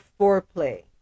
foreplay